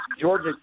Georgia